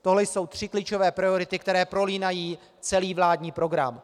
Tohle jsou tři klíčové priority, které se prolínají celým vládním programem.